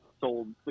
sold